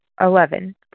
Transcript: Eleven